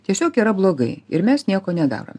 tiesiog yra blogai ir mes nieko nedarom